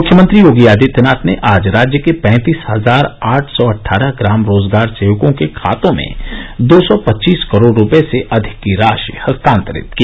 मुख्यमंत्री योगी आदित्यनाथ ने आज राज्य के पैंतीस हजार आठ सौ अटठारह ग्राम रोजगार सेवकों के खातों में दो सौ पच्चीस करोड रूपये से अधिक की राशि हस्तांतरित की